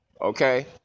Okay